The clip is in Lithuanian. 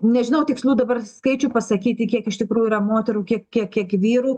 nežinau tikslių dabar skaičių pasakyti kiek iš tikrųjų yra moterų kiek kiek kiek vyrų